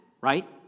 right